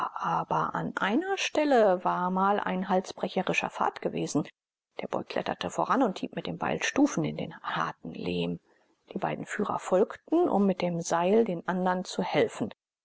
aber an einer stelle war mal ein halsbrecherischer pfad gewesen der boy kletterte voran und hieb mit dem beil stufen in den harten lehm die beiden führer folgten um mit dem seil den anderen zu helfen